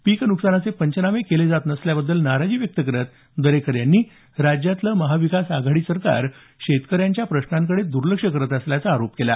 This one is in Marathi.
पीक नुकसानाचे पंचनामेही केले जात नसल्याबद्दल नाराजी व्यक्त करत दरेकर यांनी राज्यातलं महाविकास आघाडी सरकार शेतकऱ्यांच्या प्रश्नांकडे दर्लक्ष करत असल्याचा आरोप केला